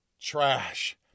trash